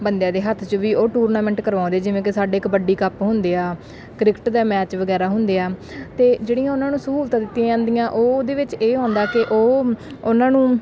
ਬੰਦਿਆਂ ਦੇ ਹੱਥ 'ਚ ਵੀ ਉਹ ਟੂਰਨਾਮੈਂਟ ਕਰਵਾਉਂਦੇ ਜਿਵੇਂ ਕਿ ਸਾਡੇ ਕਬੱਡੀ ਕੱਪ ਹੁੰਦੇ ਆ ਕ੍ਰਿਕੇਟ ਦੇ ਮੈਚ ਵਗੈਰਾ ਹੁੰਦੇ ਆ ਅਤੇ ਜਿਹੜੀਆਂ ਉਹਨਾਂ ਨੂੰ ਸਹੂਲਤਾਂ ਦਿੱਤੀਆਂ ਜਾਂਦੀਆਂ ਉਹ ਉਹਦੇ ਵਿੱਚ ਇਹ ਹੁੰਦਾ ਕਿ ਉਹ ਉਹਨਾਂ ਨੂੰ